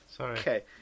Okay